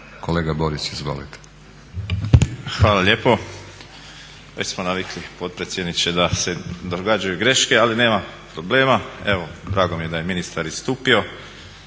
**Borić, Josip (HDZ)** Hvala lijepo. Već smo navikli potpredsjedniče da se događaju greške ali nema problema, evo drago mi je da je ministar istupio.